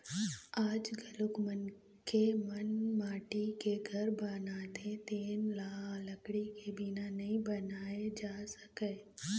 आज घलोक मनखे मन माटी के घर बनाथे तेन ल लकड़ी के बिना नइ बनाए जा सकय